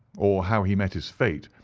or how he met his fate,